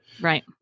Right